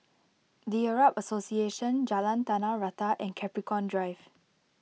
the Arab Association Jalan Tanah Rata and Capricorn Drive